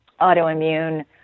autoimmune